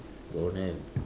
don't have